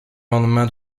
lendemain